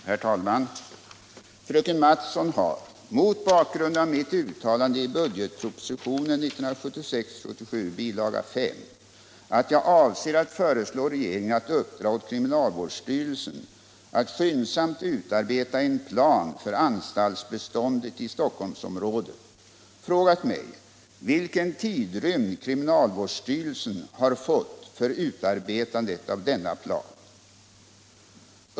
Herr talman! Fröken Mattson har mot bakgrund av mitt uttalande i budgetpropositionen 1976/77 bil. 5, att jag avser att föreslå regeringen att uppdra åt kriminalvårdsstyrelsen att skyndsamt utarbeta en plan för anstaltsbeståndet i Stockholmsområdet, frågat mig vilken tidrymd kriminalvårdsstyrelsen har fått för utarbetandet av denna plan.